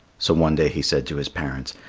so one day he said to his parents,